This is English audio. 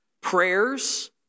prayers